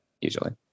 usually